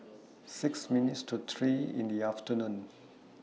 six minutes to three in The afternoon